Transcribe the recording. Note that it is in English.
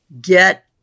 get